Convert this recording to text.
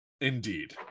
Indeed